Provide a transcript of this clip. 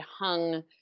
hung